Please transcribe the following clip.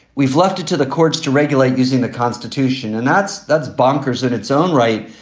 we've left it to the courts to regulate using the constitution. and that's that's bonkers in its own right.